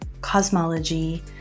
cosmology